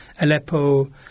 Aleppo